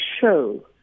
show